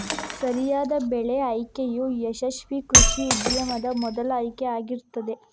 ಸರಿಯಾದ ಬೆಳೆ ಆಯ್ಕೆಯು ಯಶಸ್ವೀ ಕೃಷಿ ಉದ್ಯಮದ ಮೊದಲ ಆಯ್ಕೆ ಆಗಿರ್ತದೆ